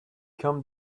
come